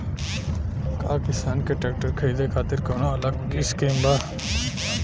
का किसान के ट्रैक्टर खरीदे खातिर कौनो अलग स्किम बा?